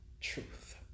truth